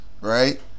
right